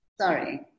Sorry